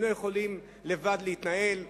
הם לא יכולים להתנהל לבד,